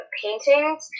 paintings